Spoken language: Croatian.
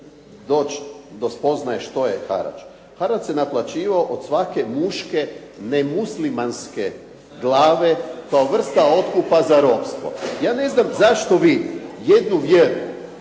doći do spoznaje što je harač. Harač se naplaćivao od svake muške nemuslimanske glave kao vrsta otkupa za ropstvo. Ja ne znam zašto vi jednu vjeru